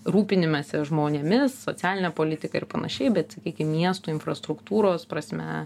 rūpinimesi žmonėmis socialine politika ir panašiai bet sakykim miestų infrastruktūros prasme